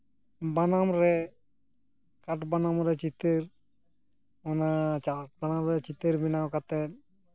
ᱵᱟᱱᱟᱢ ᱨᱮ ᱠᱟᱴ ᱵᱟᱱᱟᱢ ᱨᱮ ᱪᱤᱛᱟᱹᱨ ᱚᱱᱟ ᱪᱟᱸᱠ ᱫᱟᱲᱟᱝ ᱨᱮ ᱪᱤᱛᱟᱹᱨ ᱵᱮᱱᱟᱣ ᱠᱟᱛᱮ